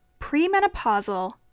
premenopausal